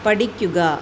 പഠിക്കുക